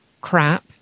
crap